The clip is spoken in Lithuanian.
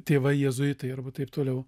tėvai jėzuitai arba taip toliau